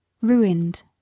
Ruined